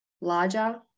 larger